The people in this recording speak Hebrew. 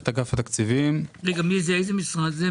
איזה משרד זה?